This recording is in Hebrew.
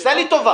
עשה לי טובה.